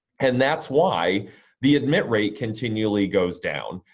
and that's why the admit rate continually goes down.